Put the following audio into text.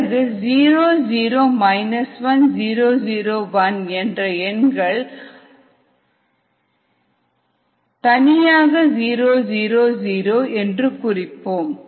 பிறகு 00 1001 என்ற எண்கள் ஆண்குறிக்கும் இதை தனியாக 000 என்று குறிப்போம்